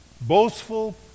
boastful